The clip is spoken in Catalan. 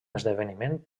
esdeveniment